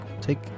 take